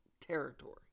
territory